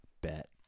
Bet